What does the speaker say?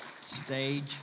stage